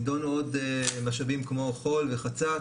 נידונו עוד משאבים כמו חול וחצץ.